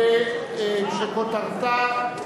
שכותרתה: